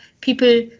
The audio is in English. people